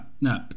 no